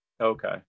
Okay